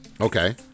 Okay